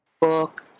book